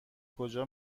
کجا